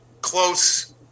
close